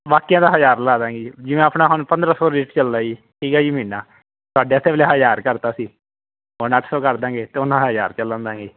ਬਾਕੀਆਂ ਦਾ ਹਜ਼ਾਰ ਲਗਾ ਦਾਂਗੇ ਜਿਵੇਂ ਆਪਣਾ ਹੁਣ ਪੰਦਰਾਂ ਸੌ ਰੇਟ ਚਲਦਾ ਜੀ ਠੀਕ ਆ ਜੀ ਮਹੀਨਾ ਤੁਹਾਡੇ ਵਾਸਤੇ ਪਹਿਲਾਂ ਹਜ਼ਾਰ ਕਰਤਾ ਸੀ ਹੁਣ ਅੱਠ ਸੌ ਕਰ ਦਾਂਗੇ ਅਤੇ ਉਹਨਾਂ ਹਜ਼ਾਰ ਰੁਪਇਆ ਲੈ ਲਾਂਗੇ